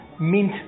Mint